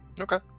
okay